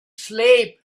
sleep